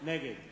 נגד